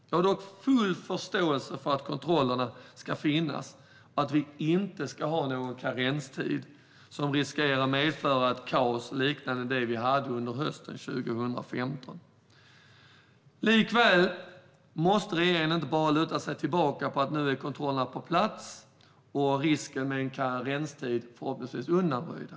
Jag har full förståelse för att kontrollerna ska finnas och att vi inte ska ha någon karenstid som riskerar att medföra ett kaos liknande det som uppstod under hösten 2015. Likväl kan regeringen inte bara luta sig tillbaka med att kontrollerna nu är på plats och risken med en karenstid är undanröjd.